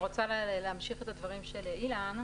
אני רוצה להמשיך את הדברים של אילן.